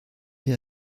der